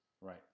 right